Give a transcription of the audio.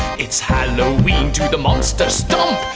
it's halloween. do the monster stomp.